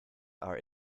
are